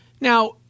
Now